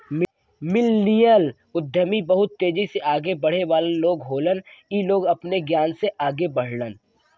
millennial उद्यमी बहुत तेजी से आगे बढ़े वाला लोग होलन इ लोग अपने ज्ञान से आगे बढ़लन